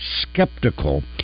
skeptical